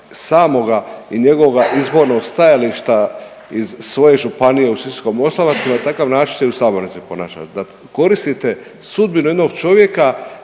samoga i njegovoga izbornog stajališta iz svoje županije u Sisačko-moslavačkoj, na takav način se i u sabornici ponašate, da koristite sudbinu jednog čovjeka